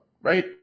right